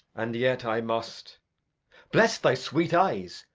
and yet i must bless thy sweet eyes,